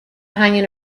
hanging